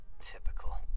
Typical